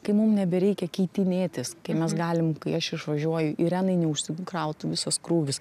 kai mum nebereikia keitinėtis kai mes galim kai aš išvažiuoju irenai neužsikrautų visas krūvis